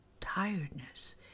tiredness